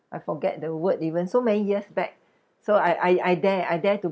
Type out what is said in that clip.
I forget the word even so many years back so I I I dare I dare to